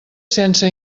sense